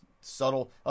subtle